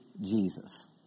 Jesus